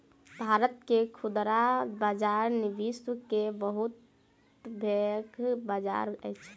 भारत के खुदरा बजार विश्व के बहुत पैघ बजार अछि